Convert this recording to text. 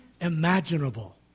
imaginable